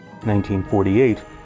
1948